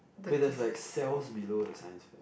wait there's like cells below the science fair